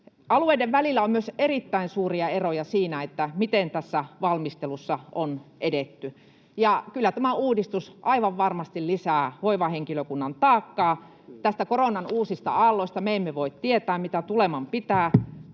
Alueiden välillä on myös erittäin suuria eroja siinä, miten tässä valmistelussa on edetty, ja kyllä tämä uudistus aivan varmasti lisää hoivahenkilökunnan taakkaa. Koronan uusista aalloista me emme voi tietää, mitä tuleman pitää.